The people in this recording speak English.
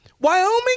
Wyoming